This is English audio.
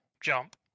Jump